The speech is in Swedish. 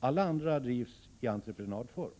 Alla andra drivs i entreprenadform.